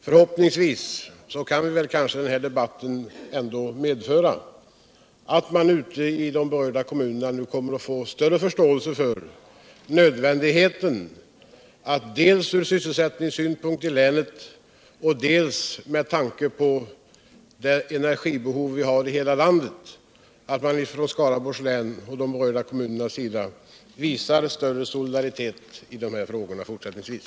Förhoppningsvis kan denna debatt kanske ändå medföra att de borgerliga kommunerna i Skaraborgs län med tanke på dels sysselsättningen, dels energibehovet i hela landet visar större solidaritet i dessa frågor fortsättningsvis.